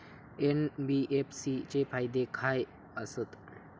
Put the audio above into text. NBFC चे फायदे खाय आसत?